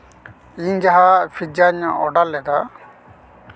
ᱤᱧ ᱡᱟᱦᱟᱸ ᱯᱷᱤᱡᱽᱡᱟᱧ ᱚᱰᱟᱨ ᱞᱮᱫᱟ